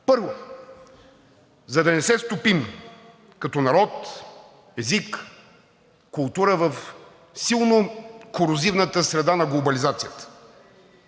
Първо, за да не се стопим като народ, език, култура в силно корозивната среда на глобализацията.